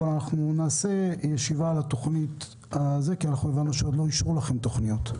אבל נקיים ישיבה על התוכנית כי הבנו שעוד לא אישרו לכם תוכניות.